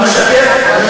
והוא משקף,